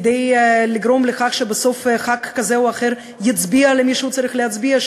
כדי לגרום לכך שבסוף חבר כנסת כזה או אחר יצביע למי שהוא צריך להצביע,